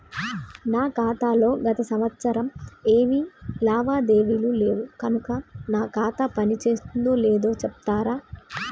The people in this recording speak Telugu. నా ఖాతా లో గత సంవత్సరం ఏమి లావాదేవీలు లేవు కనుక నా ఖాతా పని చేస్తుందో లేదో చెప్తరా?